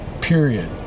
period